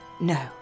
No